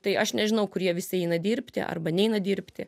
tai aš nežinau kurie visi eina dirbti arba neina dirbti